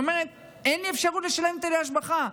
היא אומרת: אין לי אפשרות לשלם היטלי השבחה.